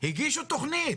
הגישו תכנית